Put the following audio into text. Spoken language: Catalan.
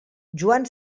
joan